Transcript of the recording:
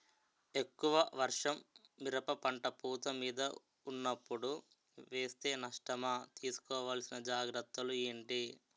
ఎక్కువ వర్షం మిరప పంట పూత మీద వున్నపుడు వేస్తే నష్టమా? తీస్కో వలసిన జాగ్రత్తలు ఏంటి?